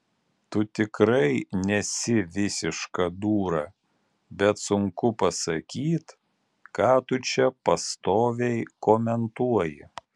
tu tikrai nesi visiška dūra bet sunku pasakyt ką tu čia pastoviai komentuoji